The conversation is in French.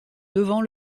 devant